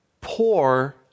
poor